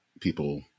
people